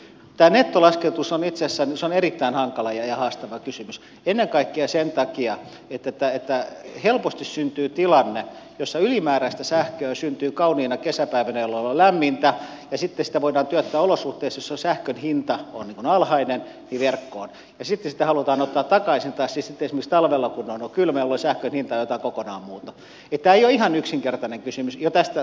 tämä nettolaskutus on itse asiassa erittäin hankala ja haastava kysymys ennen kaikkea sen takia että helposti syntyy tilanne jossa ylimääräistä sähköä syntyy kauniina kesäpäivänä jolloin on lämmintä ja sitten sitä voidaan työntää verkkoon olosuhteissa joissa sähkön hinta on alhainen ja sitten sitä halutaan ottaa takaisin tai sitten esimerkiksi talvella kun on kylmä jolloin sähkön hinta on jotain kokonaan muuta tämä ei ole ihan yksinkertainen kysymys jo tästä tulokulmasta